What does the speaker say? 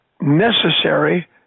necessary